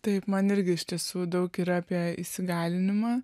taip man irgi iš tiesų daug yra apie įsigalinimą